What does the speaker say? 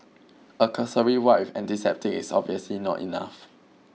a cursory wipe with antiseptic is obviously not enough